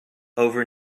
over